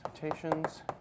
citations